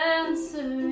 answer